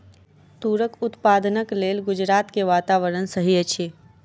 तूरक उत्पादनक लेल गुजरात के वातावरण सही अछि